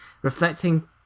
reflecting